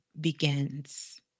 begins